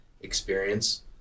experience